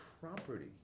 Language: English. property